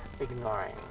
ignoring